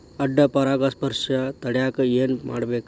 ಅಡ್ಡ ಪರಾಗಸ್ಪರ್ಶ ತಡ್ಯಾಕ ಏನ್ ಮಾಡ್ಬೇಕ್?